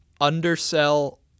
undersell